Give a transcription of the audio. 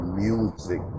music